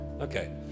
okay